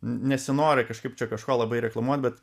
n nesinori kažkaip čia kažko labai reklamuot bet